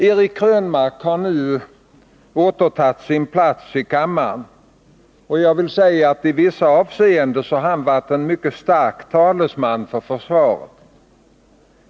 Eric Krönmark har nu återtagit sin plats i kammaren. I vissa avseenden har han varit en mycket stark talesman för försvaret.